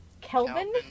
Kelvin